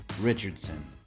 Richardson